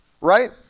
right